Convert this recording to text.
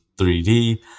3d